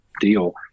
deal